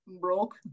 broke